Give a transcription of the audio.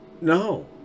No